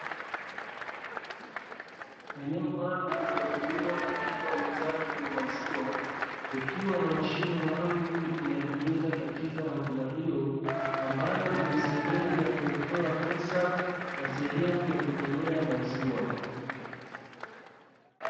Eneo maalumu linalotumiwa katika uuzaji wa maziwa. Ikiwa na mashine maalumu inayotumika katika huduma hiyo ambayo, ina sehemu ya kuwekewa pesa sehemu ya kutolea maziwa.